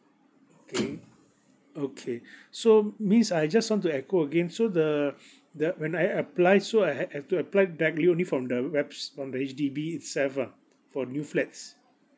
okay okay so means I just want to echo again so the that when I apply so I have have to apply back only from the webs~ from H_D_B itself lah for new flats